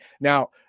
Now